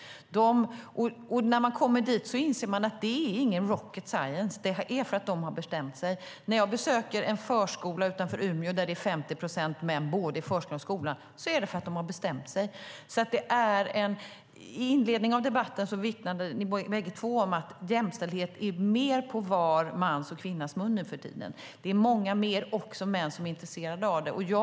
Det är inte rocket science, utan det är så för att de har bestämt sig. Jag besökte en förskola och skola utanför Umeå där 50 procent av dem som jobbade var män. Så är det för att de har bestämt sig. I inledningen av debatten vittnade ni bägge två om att jämställdhet är mer på var mans och kvinnas läppar nu för tiden. Också många fler män är intresserade av det.